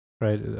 right